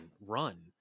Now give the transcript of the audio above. run